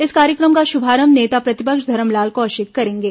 इस कार्यक्रम का शुभारंभ नेता प्रतिपक्ष धरमलाल कौशिक करेंगे